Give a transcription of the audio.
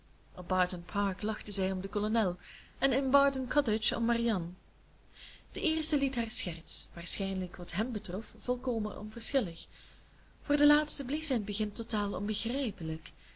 op barton park lachte zij om den kolonel en in barton cottage om marianne den eersten liet haar scherts waarschijnlijk wat hèm betrof volkomen onverschillig voor de laatste bleef zij in t begin totaal onbegrijpelijk